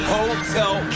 Hotel